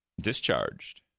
discharged